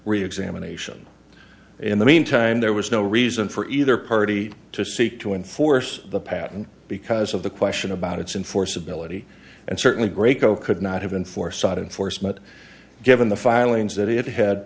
reexamination in the meantime there was no reason for either party to seek to enforce the patent because of the question about its inforce ability and certainly grey co could not have been foresight in force but given the filings that it had